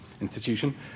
institution